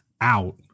out